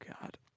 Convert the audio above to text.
God